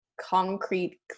concrete